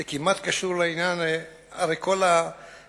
זה כמעט קשור לעניין, הרי כל התחלואות